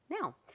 now